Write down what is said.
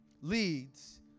leads